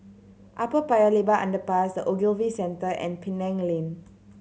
Upper Paya Lebar Underpass The Ogilvy Centre and Penang Lane